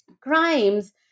crimes